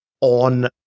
on